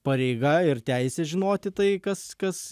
pareiga ir teisė žinoti tai kas kas